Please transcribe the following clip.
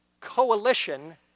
coalition